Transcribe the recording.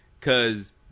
cause